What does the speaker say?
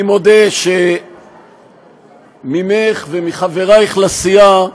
אני מודה שממך ומחבריך לסיעה,